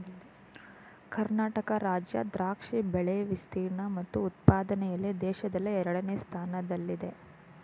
ಕರ್ನಾಟಕ ರಾಜ್ಯ ದ್ರಾಕ್ಷಿ ಬೆಳೆ ವಿಸ್ತೀರ್ಣ ಮತ್ತು ಉತ್ಪಾದನೆಯಲ್ಲಿ ದೇಶದಲ್ಲೇ ಎರಡನೇ ಸ್ಥಾನದಲ್ಲಿದೆ